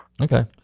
Okay